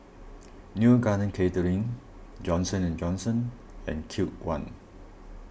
Neo Garden Catering Johnson and Johnson and Cube one